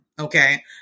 okay